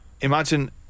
Imagine